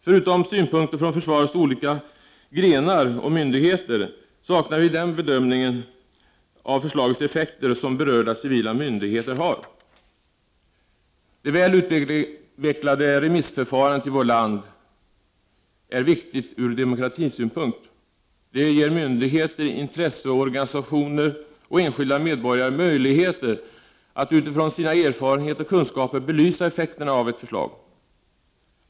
Förutom synpunkter från försvarets olika grenar och myndigheter saknar vi den bedömning av förslagets effekter som berörda civila myndigheter har. Det väl utvecklade remissförfarandet i vårt land är viktigt ur demokratisynpunkt. Det ger myndigheter, intresseorganisationer och enskilda med borgare möjligheter att utifrån sina erfarenheter och kunskaper belysa effekterna av ett förslag.